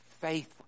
faith